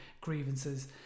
grievances